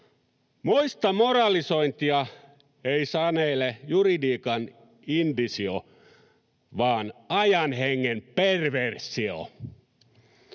Moista moralisointia ei sanele juridiikan indisio, vaan ajan hengen perversio.